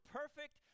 perfect